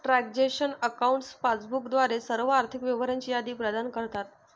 transaction accounts passbook द्वारे सर्व आर्थिक व्यवहारांची यादी प्रदान करतात